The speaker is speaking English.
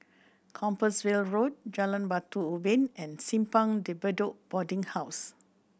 Compassvale Road Jalan Batu Ubin and Simpang De Bedok Boarding House